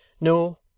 No